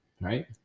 right